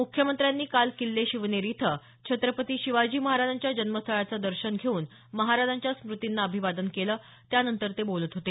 मुख्यमंत्र्यांनी काल किल्ले शिवनेरी इथं छत्रपती शिवाजी महाराजांच्या जन्मस्थळाचं दर्शन घेऊन महाराजांच्या स्मृतींना अभिवादन केलं त्यानंतर ते बोलत होते